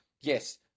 Yes